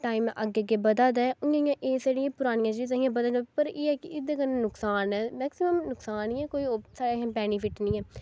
time अग्गें अग्गें बधा दा ऐ इ'यां इ'यां एह् जेह्ड़ियां पुरानियां चीजां हियां बधदा पर एह् ऐ कि एहदे कन्नै नुकसान ऐ मैक्सिमम नुकसान ई ऐ कोई उस स्हाब दा बेनिफिट नेईं ऐ